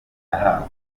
nahawe